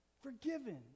Forgiven